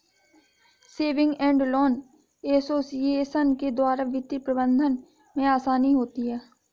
saving and loan association के द्वारा वित्तीय प्रबंधन में आसानी होती है